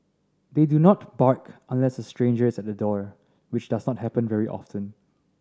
they do not bark unless a stranger is at the door which does not happen very often